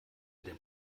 dem